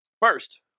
First